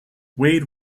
wade